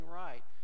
right